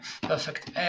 perfect